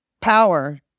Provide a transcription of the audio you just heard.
power